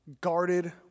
guarded